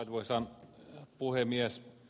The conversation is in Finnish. arvoisa puhemies